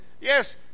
yes